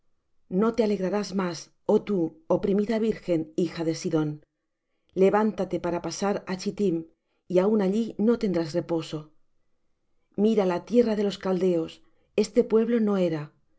no te alegrarás más oh tú oprimida virgen hija de sidón levántate para pasar á chttim y aun allí no tendrás reposo mira la tierra de los caldeos este pueblo no era